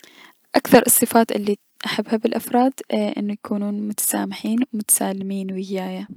اكثر الصفات الي احبها بلأفراد اي- انو يكونون متسامحين و متسالمين ويايا.